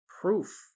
proof